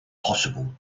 possible